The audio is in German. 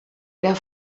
der